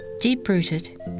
Deep-rooted